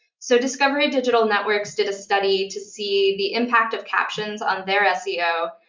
so discovery digital networks did a study to see the impact of captions on their ah seo,